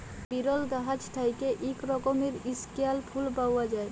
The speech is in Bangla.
বিরল গাহাচ থ্যাইকে ইক রকমের ইস্কেয়াল ফুল পাউয়া যায়